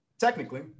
Technically